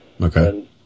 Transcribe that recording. Okay